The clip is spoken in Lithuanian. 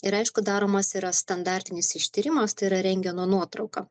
ir aišku daromas yra standartinis ištyrimas tai yra rengeno nuotrauka